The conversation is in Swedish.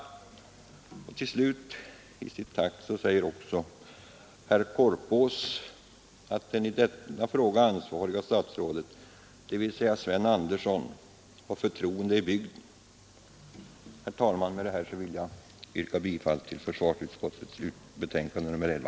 Till sist sade också herr Korpås att det i denna fråga ansvariga statsrådet, dvs. Sven Andersson, hade förtroende i bygden. Herr talman! Med detta vill jag yrka bifall till försvarsutskottets betänkande nr 11.